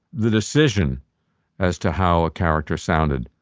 the decision as to how a character sounded,